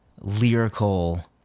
lyrical